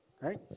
right